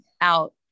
out